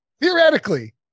Theoretically